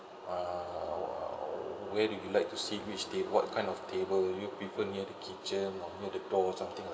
uh where do you like to sit which table what kind of table you prefer near the kitchen or near the door something like